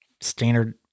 standard